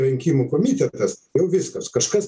rinkimų komitetas jau viskas kažkas